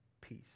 peace